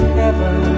heaven